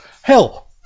Hell